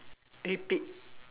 repeat